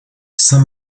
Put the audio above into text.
saint